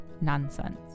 nonsense